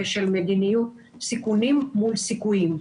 של מדיניות סיכונים מול סיכויים.